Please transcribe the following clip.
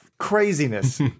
craziness